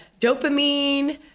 dopamine